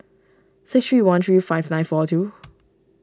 six three one three five nine four two